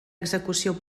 execució